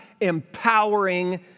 empowering